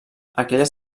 aquelles